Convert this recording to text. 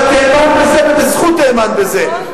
את האמנת בזה ובזכות האמנת בזה.